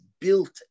built